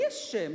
מי אשם?